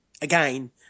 again